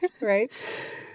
Right